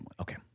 Okay